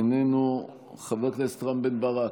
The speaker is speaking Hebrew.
איננו, חבר הכנסת רם בן ברק,